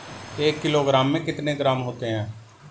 एक किलोग्राम में कितने ग्राम होते हैं?